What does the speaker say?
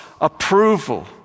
approval